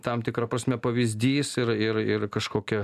tam tikra prasme pavyzdys ir ir ir kažkokia